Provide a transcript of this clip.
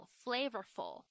flavorful